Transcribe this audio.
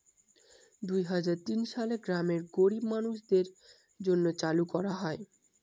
দুই হাজার তিন সালে গ্রামের গরীব মানুষদের জন্য চালু করা হয়